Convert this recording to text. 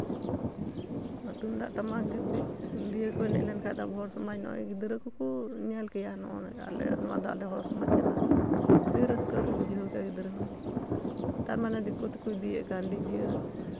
ᱛᱩᱢᱫᱟᱜ ᱴᱟᱢᱟᱠ ᱫᱤᱠ ᱫᱤᱭᱮ ᱠᱚ ᱮᱱᱮᱡ ᱞᱮᱱᱠᱷᱟᱱ ᱟᱵᱚ ᱦᱚᱲ ᱥᱚᱢᱟᱡᱽ ᱱᱚᱜᱼᱚᱭ ᱜᱤᱫᱽᱨᱟᱹ ᱠᱚᱠᱚ ᱧᱮᱞ ᱠᱮᱭᱟ ᱱᱚᱜᱼᱚᱭ ᱱᱚᱣᱟ ᱫᱚ ᱟᱞᱮ ᱦᱚᱲ ᱥᱚᱢᱟᱡᱽ ᱠᱟᱱᱟ ᱟᱹᱰᱤ ᱨᱟᱹᱥᱠᱟᱹ ᱠᱚ ᱵᱩᱡᱷᱟᱹᱣ ᱠᱮᱭᱟ ᱜᱤᱫᱽᱨᱟᱹ ᱦᱚᱸ ᱛᱟᱨᱢᱟᱱᱮ ᱫᱤᱠᱩ ᱛᱮᱠᱚ ᱤᱫᱤᱭᱮᱫ ᱠᱟᱱ ᱰᱤᱡᱮ